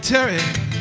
Terry